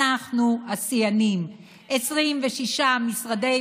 אנחנו השיאנים, 26 משרדי ממשלה.